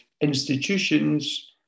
institutions